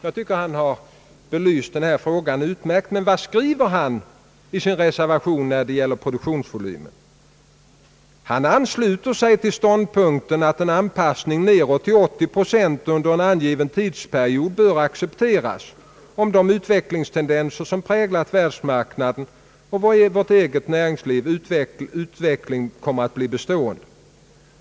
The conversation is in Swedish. Jag tycker att han har belyst frågan utmärkt. Men vad skriver han i sin reservation när det gäller produktionsvolymen? Han ansluter sig till ståndpunkten att en anpassning nedåt till 80 procent under en angiven period bör accepteras, om de utvecklingstendenser som präglat världsmarknaden och vårt eget näringsliv kommer att bli bestående.